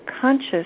conscious